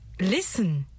Listen